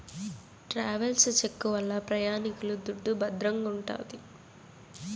travels cheque వల్ల ప్రయాణికుల దుడ్డు భద్రంగుంటాది